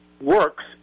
works